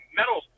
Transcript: metal